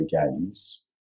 games